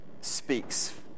speaks